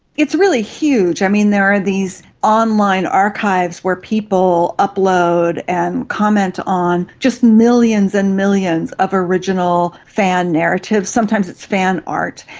it's really huge. i mean, there are these online archives where people upload and comment on just millions and millions of original fan narratives. sometimes it's fan art.